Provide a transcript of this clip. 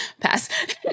Pass